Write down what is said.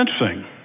interesting